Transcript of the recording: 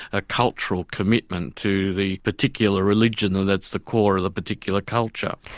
a cultural commitment to the particular religion ah that's the core of the particular culture.